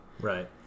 Right